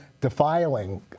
defiling